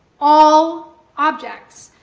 all objects,